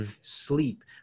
sleep